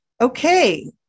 Okay